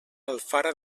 alfara